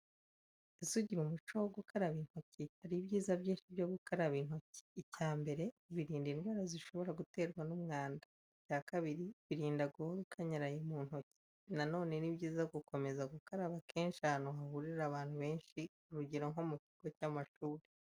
Ese ugira umuco wo gukaraba intoki? Hari ibyiza byinshi byo gukoraba intoki. Icyambere: birinda indwara zishobora guterwa n'umwanda. Icyakabiri: birinda guhora ukanyaraye mu ntoki. Na none ni byiza gukomeza gukaraba kenshi ahantu hahurira abantu benshi, urugero nko mu kigo cy'amashuri.